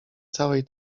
całej